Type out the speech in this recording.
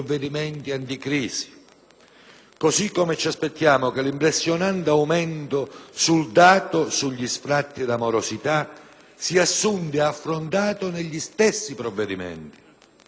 così come ci aspettiamo che l'impressionante aumento del dato relativo agli sfratti per morosità sia assunto ed affrontato negli stessi provvedimenti. In fondo,